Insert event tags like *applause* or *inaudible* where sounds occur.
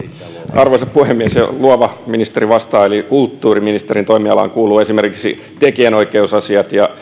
arvoisa puhemies joo luova ministeri vastaa eli kulttuuriministerin toimialaan kuuluvat esimerkiksi tekijänoikeusasiat ja *unintelligible*